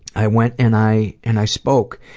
i went and i and i spoke.